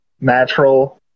natural